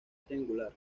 triangular